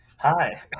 Hi